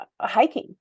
hiking